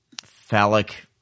phallic